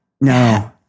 No